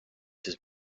his